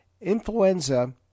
influenza